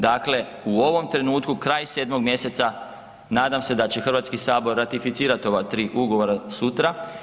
Dakle, u ovom trenutku kraj 7. mjeseca nadam se da će Hrvatski sabor ratificirati ova tri ugovora sutra.